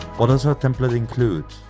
what does our template include?